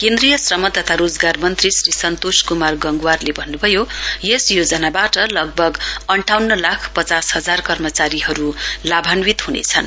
केन्द्रीय श्रम तथा रोजगार मन्त्री श्री सन्तोष कुमार गंगवारले भन्नुभयो यस योजनाबाट लगभग अण्ठाउन्न लाख पचास हजार कर्मचारीहरू लाभान्वित हुनेछन्